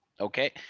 Okay